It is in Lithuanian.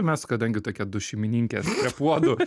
mes kadangi tokie du šeimininkės prie puodų